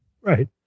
Right